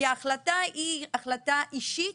כי ההחלטה היא החלטה אישית,